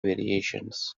variations